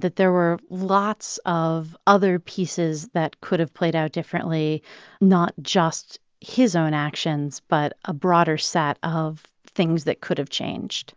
that there were lots of other pieces that could have played out differently not just his own actions but a broader set of things that could have changed